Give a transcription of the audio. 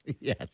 Yes